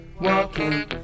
walking